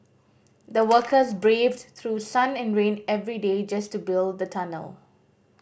the workers braved through sun and rain every day just to build the tunnel